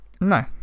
no